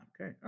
okay